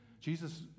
Jesus